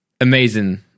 Amazing